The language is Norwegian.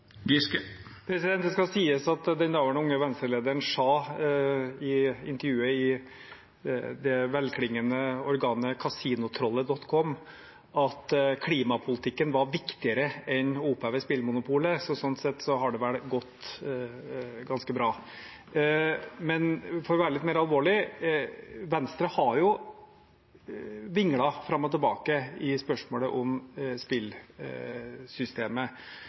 Det skal sies at den daværende Unge Venstre-lederen sa i intervjuet i det velklingende organet casinotrollet.com at klimapolitikken var viktigere enn å oppheve spillmonopolet, så sånn sett har det vel gått ganske bra! For å være litt mer alvorlig: Venstre har vinglet fram og tilbake i spørsmålet om spillsystemet.